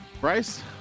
bryce